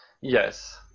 Yes